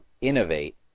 innovate